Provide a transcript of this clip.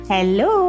Hello